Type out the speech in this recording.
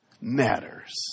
matters